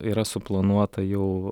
yra suplanuota jau